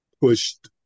pushed